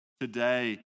today